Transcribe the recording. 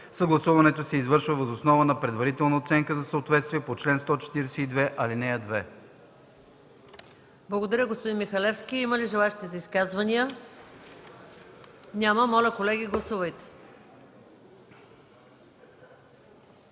Съгласуването се извършва въз основа на предварителна оценка за съответствие по чл. 142, ал. 2.”